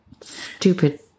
Stupid